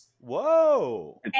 Whoa